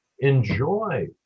enjoy